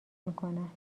میکنم